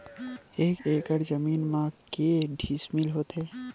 एक एकड़ जमीन मा के डिसमिल होथे?